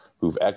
who've